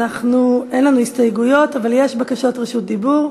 אין לנו הסתייגויות, אבל יש בקשות רשות דיבור.